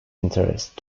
interest